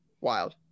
wild